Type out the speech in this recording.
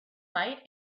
light